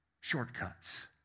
shortcuts